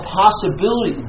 possibility